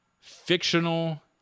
fictional